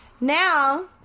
Now